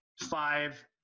five